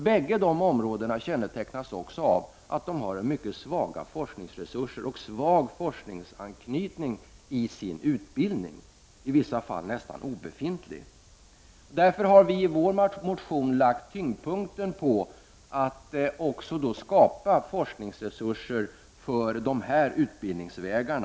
Båda dessa områden kännetecknas också av mycket svaga forskarresurser och svag forskaranknytning i utbildningen — i vissa fall är den nästan obefintlig. Därför har vi i vår motion lagt tyngdpunkten på att skapa forskningsresurser för de här utbildningsvägarna.